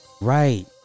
right